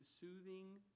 soothing